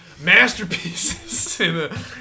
masterpieces